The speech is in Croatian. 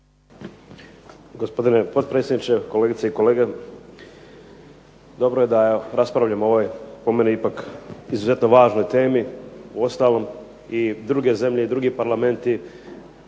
Gospodine potpredsjedniče, kolegice i kolege. Dobro je da raspravljamo o ovoj po meni ipak izuzetno važnoj temi. Uostalom i druge zemlje i drugi parlamenti